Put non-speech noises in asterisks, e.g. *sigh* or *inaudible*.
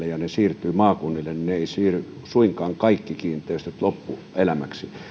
*unintelligible* ja se siirtyy maakunnille niin suinkaan kaikki kiinteistöt eivät siirry loppuelämäksi